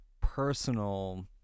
personal